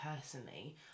personally